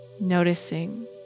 Noticing